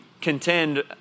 contend